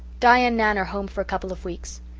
di and nan are home for a couple of weeks.